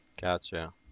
gotcha